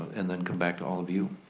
and then come back to all of you.